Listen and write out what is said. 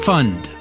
Fund